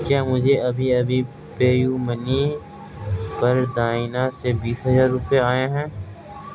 کیا مجھے ابھی ابھی پے یو منی پر داینہ سے بیس ہزار روپے آئے ہیں